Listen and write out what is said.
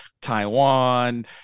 Taiwan